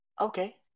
Okay